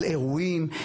על אירועים,